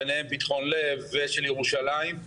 ביניהן 'פתחון לב' ושל ירושלים.